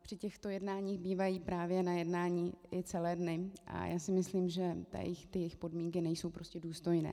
Při těchto jednáních bývají právě na jednání celé dny a já si myslím, že jejich podmínky nejsou prostě důstojné.